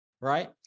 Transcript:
right